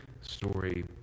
story